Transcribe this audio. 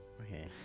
Okay